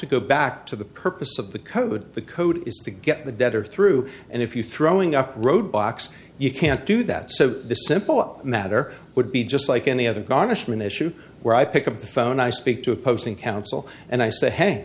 to go back to the purpose of the code the code is to get the debtor through and if you throwing up roadblocks you can't do that so this simple matter would be just like any other garnishment issue where i pick up the phone i speak to opposing counsel and i say hey